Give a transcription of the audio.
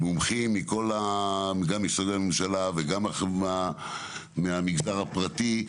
מומחים; ממשרדי הממשלה ומהמגזר הפרטי,